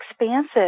expansive